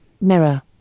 mirror